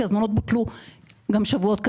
כי הזמנות בוטלו שבועות קדימה.